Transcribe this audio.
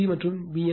C மற்றும் B